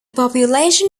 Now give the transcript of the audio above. population